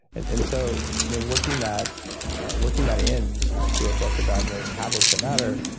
and and so you know working that working that in to a book about you know habits that matter,